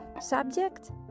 subject